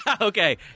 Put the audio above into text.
Okay